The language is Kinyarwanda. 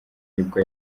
nibwo